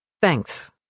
thanks